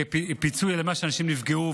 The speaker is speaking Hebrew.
פיצוי על מה שאנשים נפגעו.